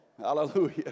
Hallelujah